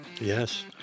Yes